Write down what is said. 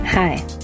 Hi